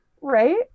right